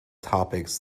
topics